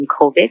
COVID